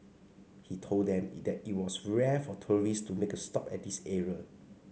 he told them it that it was rare for tourists to make a stop at this area